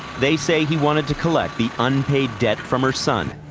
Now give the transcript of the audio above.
they say he wanted to collect the unpaid debt from her son.